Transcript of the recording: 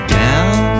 down